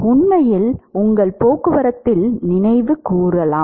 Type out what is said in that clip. உண்மையில் உங்கள் போக்குவரத்தில் நினைவுகூரலாம்